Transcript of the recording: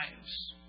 lives